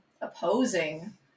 opposing